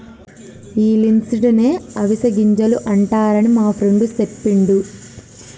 ఈ లిన్సీడ్స్ నే అవిసె గింజలు అంటారని మా ఫ్రెండు సెప్పిండు